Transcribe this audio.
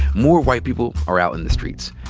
more white people are out in the streets,